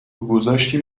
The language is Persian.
گذاشتی